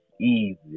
Easy